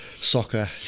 soccer